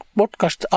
podcast